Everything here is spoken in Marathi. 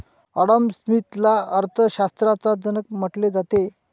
ॲडम स्मिथला अर्थ शास्त्राचा जनक म्हटले जाते